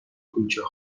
کوچه